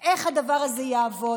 של איך הדבר הזה יעבוד.